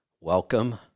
Welcome